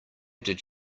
did